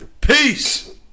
Peace